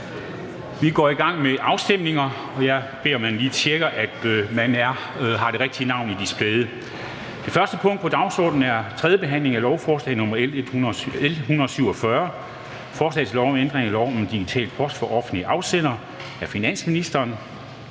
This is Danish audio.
lidt i gang med afstemninger, og jeg beder om, at man lige tjekker, at man har det rigtige navn på displayet. --- Det første punkt på dagsordenen er: 1) 3. behandling af lovforslag nr. L 47: Forslag til lov om ændring af lov om Digital Post fra offentlige afsendere. (Hjemtagelse